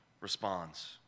responds